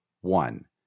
one